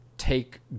take